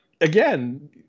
again